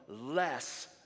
less